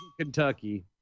Kentucky